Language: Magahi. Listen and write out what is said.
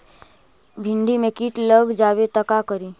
भिन्डी मे किट लग जाबे त का करि?